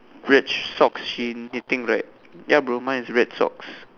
red socks she knitting right ya bro mine is red socks